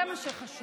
זה מה שחשוב.